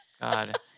God